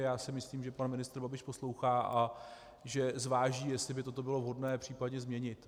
Já si myslím, že pan ministr Babiš poslouchá a že zváží, jestli by toto bylo vhodné případně změnit.